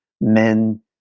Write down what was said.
men